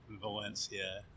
Valencia